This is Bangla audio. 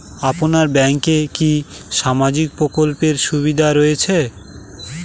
আপনার ব্যাংকে কি সামাজিক প্রকল্পের সুবিধা রয়েছে?